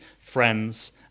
friends